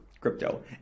crypto